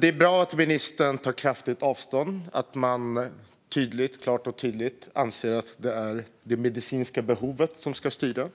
Det är bra att ministern gör ett kraftigt avståndstagande och klart och tydligt anser att det är det medicinska behovet som ska styra.